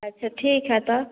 अच्छा ठीक है तो